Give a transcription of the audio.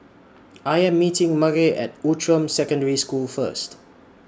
I Am meeting Murray At Outram Secondary School First